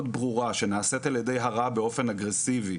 ברורה שנעשית על-ידי הרע באופן אגרסיבי.